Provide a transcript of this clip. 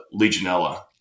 Legionella